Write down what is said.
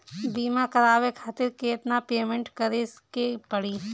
बीमा करावे खातिर केतना पेमेंट करे के पड़ी?